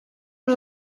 вже